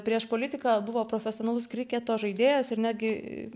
prieš politiką buvo profesionalus kriketo žaidėjas ir netgi